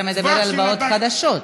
אתה מדבר על הלוואות חדשות,